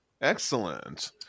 Excellent